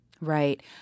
Right